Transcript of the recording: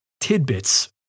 tidbits